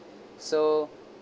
so